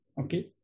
Okay